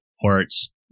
ports